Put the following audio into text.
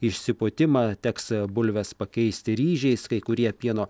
išsipūtimą teks bulves pakeisti ryžiais kai kurie pieno